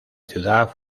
ciudad